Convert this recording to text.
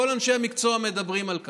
כל אנשי המקצוע מדברים על כך.